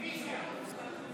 רוויזיה.